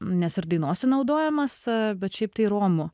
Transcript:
nes ir dainose naudojamas bet šiaip tai romų